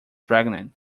pregnant